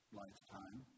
lifetime